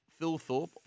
Philthorpe